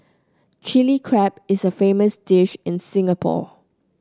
Chilli Crab is a famous dish in Singapore